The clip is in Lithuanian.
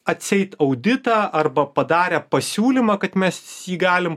atseit auditą arba padarę pasiūlymą kad mes jį galim